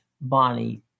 Bonnie